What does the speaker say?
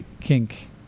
kink